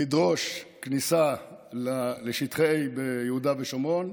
לדרוש כניסה לשטחי A ביהודה ושומרון,